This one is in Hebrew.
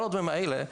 כל הדברים האלה,